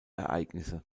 ereignisse